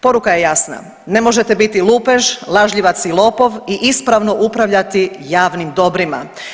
Poruka je jasna, ne možete biti lupež, lažljivac i lopov i ispravo upravljati javnim dobrima.